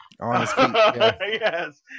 Yes